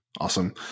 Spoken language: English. Awesome